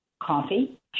coffee